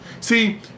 See